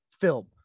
film